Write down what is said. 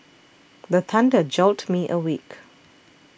the thunder jolt me awake